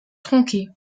tronqué